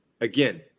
Again